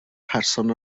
person